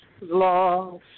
lost